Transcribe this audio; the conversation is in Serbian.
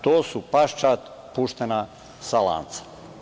To su paščad puštena sa lanca“